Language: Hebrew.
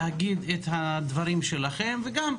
גם לתת לכם הזדמנות להגיד את דבריכם וגם,